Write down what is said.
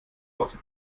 hause